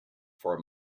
for